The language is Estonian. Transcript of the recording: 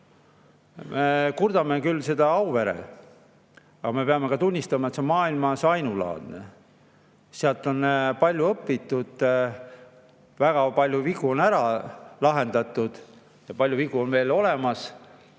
Kurdame küll Auvere üle, aga me peame tunnistama, et see on maailmas ainulaadne. Sealt on palju õpitud. Väga palju vigu on ära lahendatud ja palju vigu on veel alles.